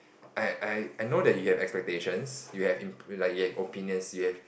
I I know that you have expectations you have im~ like you have opinions you have